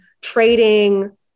trading